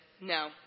No